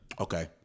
okay